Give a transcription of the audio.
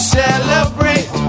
celebrate